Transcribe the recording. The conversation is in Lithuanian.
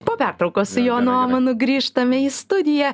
po pertraukos su jonu omanu grįžtame į studiją